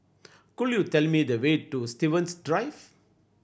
could you tell me the way to Stevens Drive